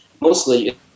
mostly